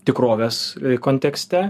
tikrovės kontekste